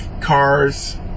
cars